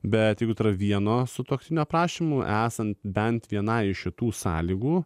bet jeigu vieno sutuoktinio prašymu esant bent vienai iš šitų sąlygų